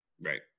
Right